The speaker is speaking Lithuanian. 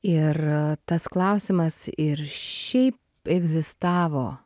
ir tas klausimas ir šiaip egzistavo